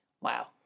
Wow